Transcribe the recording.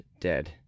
dead